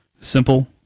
simple